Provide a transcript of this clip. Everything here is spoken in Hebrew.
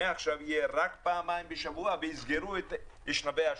מעכשיו יהיה רק פעמיים בשבוע ויסגרו את אשנבי השירות.